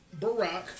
Barack